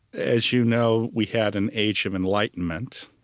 as you know, we had an age of enlightenment,